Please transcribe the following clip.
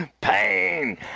Pain